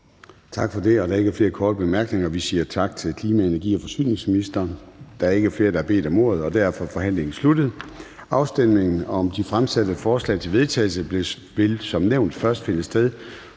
Tak for det. Der er ikke flere korte bemærkninger. Vi siger tak til klima-, energi- og forsyningsministeren. Der er ikke flere, der har bedt om ordet, og derfor er forhandlingen sluttet. Afstemningen om de fremsatte forslag til vedtagelse vil som nævnt først finde sted